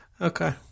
okay